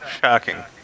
Shocking